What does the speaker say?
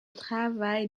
travail